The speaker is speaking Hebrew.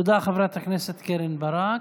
תודה, חברת הכנסת קרן ברק.